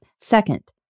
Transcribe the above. Second